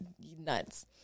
nuts